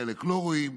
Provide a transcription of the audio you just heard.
חלק לא רואים.